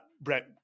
Brett